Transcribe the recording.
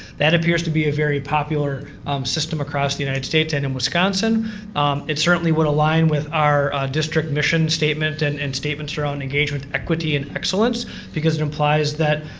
that appears to be a very popular system across the united states. and in wisconsin it certainly would align with our district mission statement and and statements surrounding engagement equity and excellence because it implies that